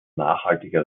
nachhaltiger